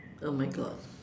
oh my god